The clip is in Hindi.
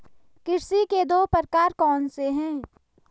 कृषि के दो प्रकार कौन से हैं?